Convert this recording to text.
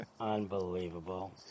Unbelievable